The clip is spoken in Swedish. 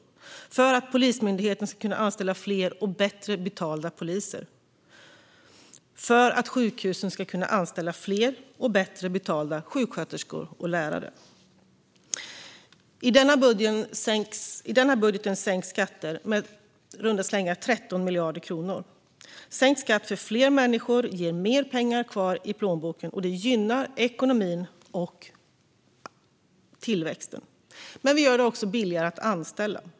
Det är förutsättningen för att Polismyndigheten ska kunna anställa fler och bättre betalda poliser och för att sjukhusen ska kunna anställa fler och bättre betalda sjuksköterskor och läkare. I denna budget sänks skatter med i runda slängar 13 miljarder kronor. Sänkt skatt för fler människor ger mer pengar kvar i plånboken. Det gynnar ekonomin och tillväxten. Men vi gör det också billigare att anställa.